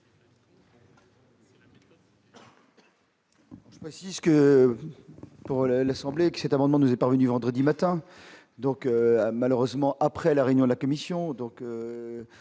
Voici ce que pour l'assemblée qui s'est un moment nous est parvenue vendredi matin donc, malheureusement, après la réunion de la commission